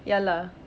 ya lah